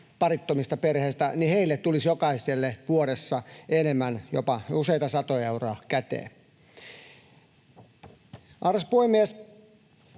parittomista perheistä — tulisi jokaiselle vuodessa enemmän käteen, jopa useita satoja euroja. Arvoisa puhemies!